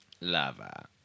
Lava